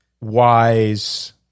wise